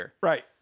right